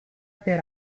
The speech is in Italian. per